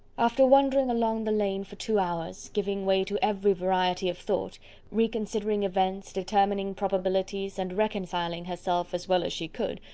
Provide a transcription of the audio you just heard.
after wandering along the lane for two hours, giving way to every variety of thought re-considering events, determining probabilities, and reconciling herself, as well as she could,